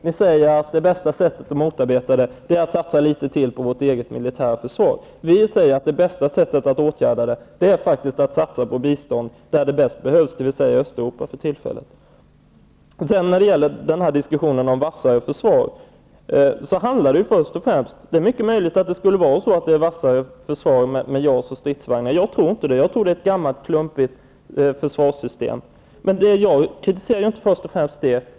Ni säger att det bästa sättet att motarbeta det är att satsa litet till på vårt eget militära försvar. Vi säger att det bästa sättet att åtgärda det är att satsa på bistånd där det bäst behövs, dvs. för tillfället i Östeuropa. Det är mycket möjligt att vi skulle få ett vassare försvar med JAS och nya stridsvagnar, men jag tror inte det. Jag tror att det är ett gammalt, klumpigt försvarssystem. Men jag kritiserar inte först och främst det.